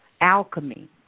Alchemy